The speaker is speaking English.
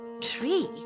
tree